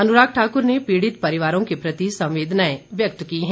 अनुराग ठाकुर ने पीड़ित परिवारों के प्रति संवेदनाएं व्यक्त की हैं